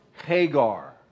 hagar